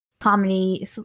comedy